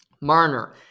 Marner